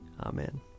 Amen